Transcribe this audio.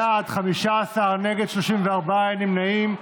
בעד, 15, נגד, 34, אין נמנעים.